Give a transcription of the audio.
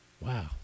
Wow